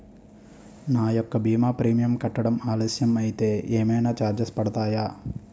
నా యెక్క భీమా ప్రీమియం కట్టడం ఆలస్యం అయితే ఏమైనా చార్జెస్ పడతాయా?